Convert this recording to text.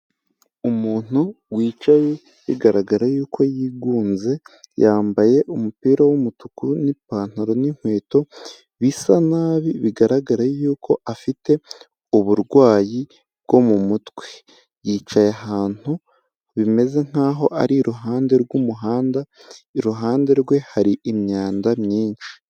Umuntu wicaye, bigaragara yuko yigunze, yambaye umupira w'umutuku, n'ipantaro n'inkweto, bisa nabi, bigaragara yuko afite uburwayi bwo mu mutwe. Yicaye ahantu bimeze nk'aho ari iruhande rw'umuhanda, iruhande rwe hari imyanda myinshi.